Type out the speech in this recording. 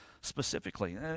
specifically